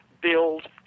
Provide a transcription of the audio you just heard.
build